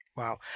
Wow